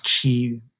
key